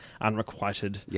unrequited